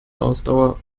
ausdauer